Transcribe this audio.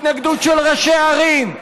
התנגדות של ראשי ערים,